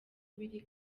biri